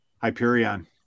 Hyperion